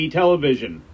television